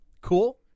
cool